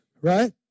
right